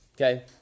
Okay